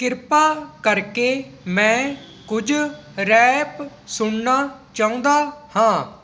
ਕਿਰਪਾ ਕਰਕੇ ਮੈਂ ਕੁਝ ਰੈਪ ਸੁਣਨਾ ਚਾਹੁੰਦਾ ਹਾਂ